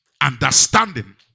understanding